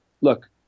look